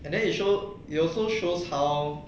and then it show it also shows how